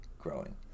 growing